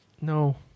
no